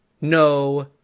no